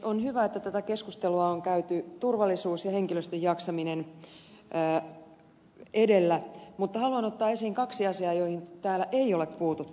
on hyvä että tätä keskustelua on käyty turvallisuus ja henkilöstön jaksaminen edellä mutta haluan ottaa esiin kaksi asiaa joihin täällä ei ole puututtu